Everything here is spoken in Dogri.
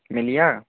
मिली जाह्ग